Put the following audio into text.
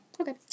Okay